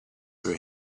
were